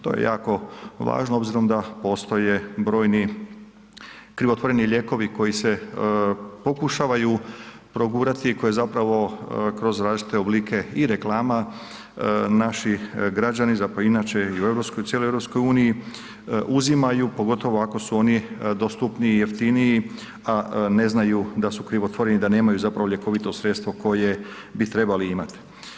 To je jako važno obzirom da postoje brojni krivotvoreni lijekovi koji se pokušavaju progurati, koje zapravo kroz različite oblike i reklama naši građani zapravo inače i u cijeloj EU uzimaju pogotovo ako su oni dostupniji i jeftiniji, a ne znaju da su krivotvoreni i da nemaju zapravo ljekovito sredstvo koje bi trebali imati.